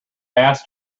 asked